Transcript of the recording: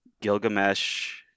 Gilgamesh